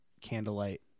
candlelight